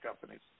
companies